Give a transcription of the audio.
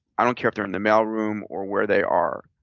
i don't care if they're in the mailroom or where they are.